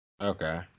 Okay